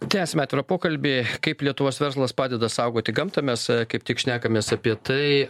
tęsiame atvirą pokalbį kaip lietuvos verslas padeda saugoti gamtą mes kaip tik šnekamės apie tai